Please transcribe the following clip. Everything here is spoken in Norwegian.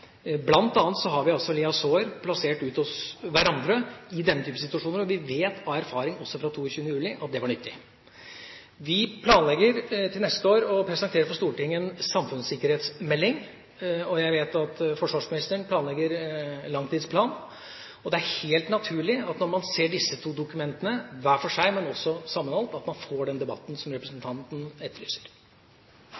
har vi liaisoner plassert ut hos hverandre i denne type situasjoner, og vi vet av erfaring, også fra 22. juli, at det var nyttig. Vi planlegger neste år å presentere for Stortinget en samfunnssikkerhetsmelding, og jeg vet at forsvarsministeren planlegger en langtidsplan. Det er helt naturlig når man ser disse to dokumentene hver for seg, men også sammenholdt, at man får den debatten som